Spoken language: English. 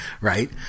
right